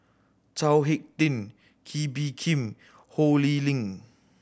Chao Hick Tin Kee Bee Khim Ho Lee Ling